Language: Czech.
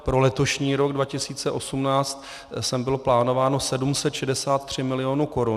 Pro letošní rok 2018 sem bylo plánováno 763 milionů korun.